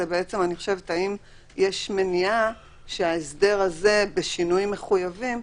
השאלה היא אם יש מניעה שההסדר הזה בשינויים מחויבים,